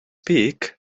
peak